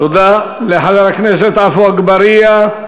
תודה לחבר הכנסת עפו אגבאריה.